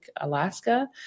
Alaska